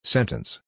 Sentence